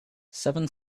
seven